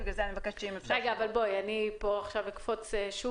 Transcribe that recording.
ובגלל זה אני מבקשת שמוהר תענה --- אני אקפוץ עכשיו